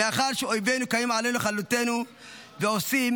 מאחר שאויבינו קמים עלינו לכלותנו ועושים